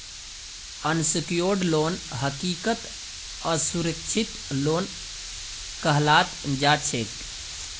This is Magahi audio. अनसिक्योर्ड लोन हकीकतत असुरक्षित लोन कहाल जाछेक